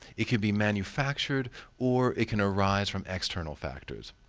it could be manufactured or it can arise from external factors.